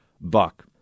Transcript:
buck